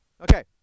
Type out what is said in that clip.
Okay